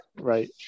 Right